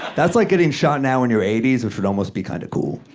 that's like getting shot now in your eighty s, which would almost be kind of cool.